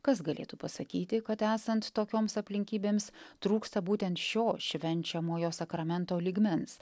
kas galėtų pasakyti kad esant tokioms aplinkybėms trūksta būtent šio švenčiamojo sakramento lygmens